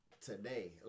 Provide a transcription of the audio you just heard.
today